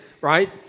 right